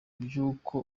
by’uko